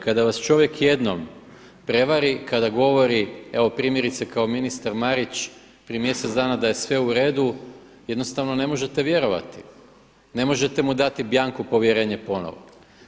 Kada vas čovjek jednom prevari, kada govori evo primjerice kao ministar Marić, prije mjesec dana da je sve u redu jednostavno ne možete vjerovati, ne možete mu dati bjanko povjerenje ponovno.